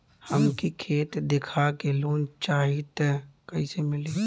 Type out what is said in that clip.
हमके खेत देखा के लोन चाहीत कईसे मिली?